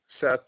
set